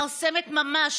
מכרסמת ממש.